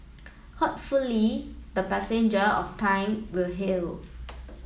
hopefully the passenger of time will heal